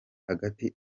hagati